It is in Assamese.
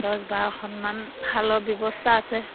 দছ বাৰখনমান শালৰ ব্যৱস্থা আছে